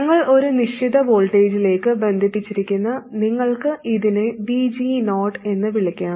ഞങ്ങൾ ഒരു നിശ്ചിത വോൾട്ടേജിലേക്ക് ബന്ധിപ്പിച്ചിരിക്കുന്നു നിങ്ങൾക്ക് ഇതിനെ VG0 എന്ന് വിളിക്കാം